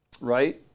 right